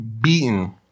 Beaten